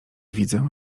widzę